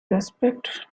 respect